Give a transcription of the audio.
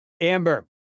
Amber